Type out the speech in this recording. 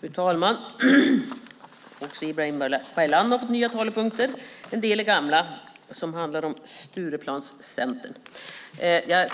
Fru talman! Också Ibrahim Baylan har fått nya talepunkter. En del är gamla, till exempel den om Stureplanscentern. Jag